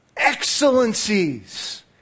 excellencies